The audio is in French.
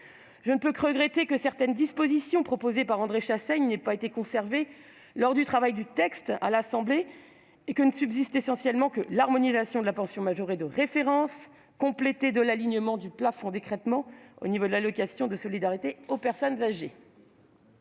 Je ne peux que regretter que certaines dispositions proposées par André Chassaigne n'aient pas été conservées lors de l'examen du texte à l'Assemblée nationale et que ne subsiste essentiellement que l'harmonisation de la pension majorée de référence, complétée de l'alignement du plafond d'écrêtement au niveau de l'allocation de solidarité aux personnes âgées.